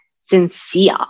sincere